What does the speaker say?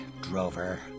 drover